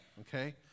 Okay